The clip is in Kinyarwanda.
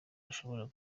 ashobora